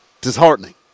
disheartening